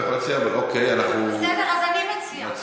בסדר, אז אני מציעה.